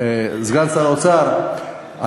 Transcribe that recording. סגן שר האוצר,